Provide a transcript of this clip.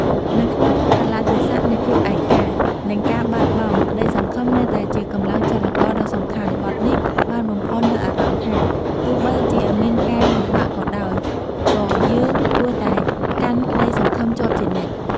នៅក្នុងកាលៈទេសៈនៃភាពឯកា និងការបាត់បង់ ក្តីសង្ឃឹមនៅតែជាកម្លាំងចលករដ៏សំខាន់បទនេះបានបំផុសនូវអារម្មណ៍ថា ទោះបីជាមានការលំបាកក៏ដោយ ក៏យើងគួរតែកាន់ក្តីសង្ឃឹមជាប់ជានិច្ច។